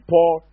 Paul